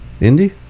Indy